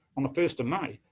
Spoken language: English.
on the first of may,